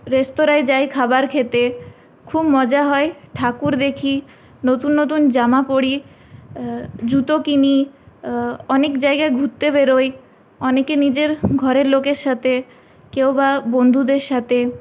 রেস্তোরাঁয় যাই খাবার খেতে খুব মজা হয় ঠাকুর দেখি নতুন নতুন জামা পরি জুতো কিনি অনেক জায়গায় ঘুরতে বেরোই অনেকে নিজের ঘরের লোকের সাথে কেউ বা বন্ধুদের সাথে